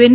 N